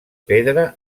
pedra